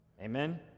Amen